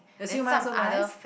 the sui-mai also nice